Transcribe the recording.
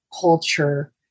culture